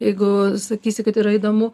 jeigu sakysi kad yra įdomu